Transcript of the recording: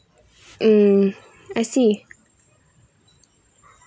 mm I see